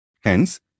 Hence